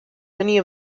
many